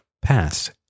past